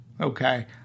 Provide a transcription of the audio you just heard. okay